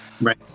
Right